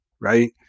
right